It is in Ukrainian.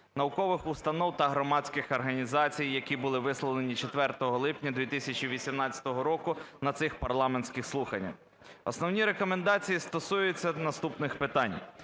наукових установ та громадських організацій, які були висловлені 4 липня 2018 року на цих парламентських слуханнях. Основні рекомендації стосуються наступних питань: